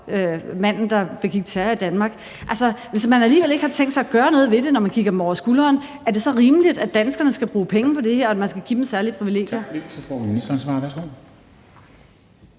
manden, der begik terror i Danmark. Altså, hvis man alligevel ikke har tænkt sig at gøre noget ved det, når man kigger dem over skulderen, er det så rimeligt, at danskerne skal bruge penge på det her, og at man skal give dem særlige privilegier? Kl.